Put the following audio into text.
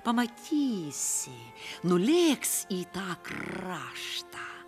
pamatysi nulėks į tą kraštą